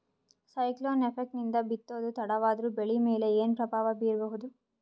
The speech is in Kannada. ಸೈಕ್ಲೋನ್ ಎಫೆಕ್ಟ್ ನಿಂದ ಬಿತ್ತೋದು ತಡವಾದರೂ ಬೆಳಿ ಮೇಲೆ ಏನು ಪ್ರಭಾವ ಬೀರಬಹುದು?